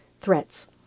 threats